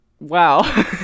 wow